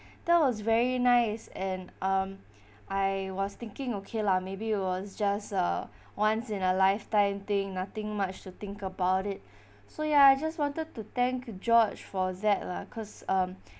that was very nice and um I was thinking okay lah maybe it was just a once in a lifetime thing nothing much to think about it so ya I just wanted to thank george for that lah cause um